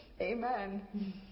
Amen